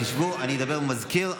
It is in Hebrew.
תשבו, אני אדבר עם המזכיר.